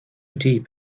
deep